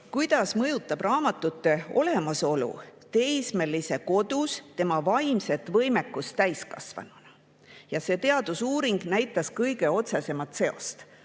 teile! ... raamatute olemasolu teismelise kodus tema vaimset võimekust täiskasvanuna. Ja see teadusuuring näitas kõige otsesemat seost: